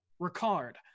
Ricard